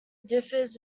differs